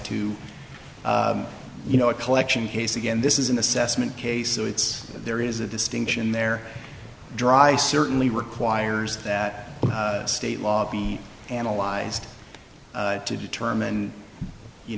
to you know a collection case again this is an assessment case so it's there is a distinction there drive certainly requires that state law be analyzed to determine you